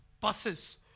buses